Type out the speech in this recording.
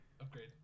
Upgrade